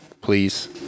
Please